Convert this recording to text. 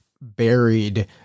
buried